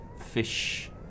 fish